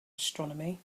astronomy